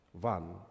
one